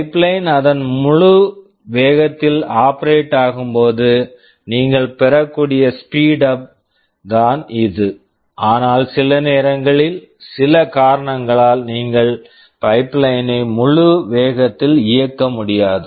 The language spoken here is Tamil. பைப்லைன் pipeline அதன் முழு வேகத்தில் ஆப்பரேட் operate ஆகும்போது நீங்கள் பெறக்கூடிய ஸ்பீடுஅப் speedup தான் இது ஆனால் சில நேரங்களில் சில காரணங்களால் நீங்கள் பைப்லைன் pipeline ஐ முழு வேகத்தில் இயக்க முடியாது